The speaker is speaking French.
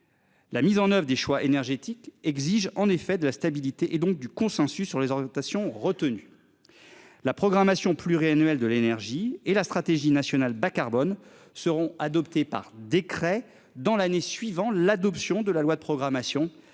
La mise en oeuvre des choix énergétiques exige en effet de la stabilité et donc du consensus sur les orientations retenues. La programmation pluriannuelle de l'énergie et la stratégie nationale bas-carbone seront adoptées par décret dans l'année suivant l'adoption de la loi de programmation